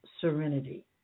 serenity